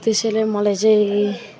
त्यसैले मलाई चाहिँ